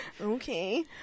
Okay